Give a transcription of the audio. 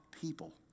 people